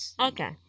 Okay